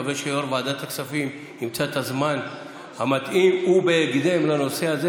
נקווה שיו"ר ועדת הכספים ימצא את הזמן המתאים ובהקדם לנושא הזה,